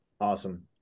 Awesome